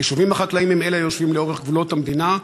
היישובים החקלאיים הם היושבים לאורך גבולות המדינה,